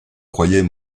croyait